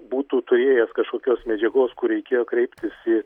būtų turėjęs kažkokios medžiagos kur reikėjo kreiptis į